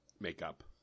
makeup